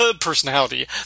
personality